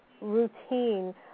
routine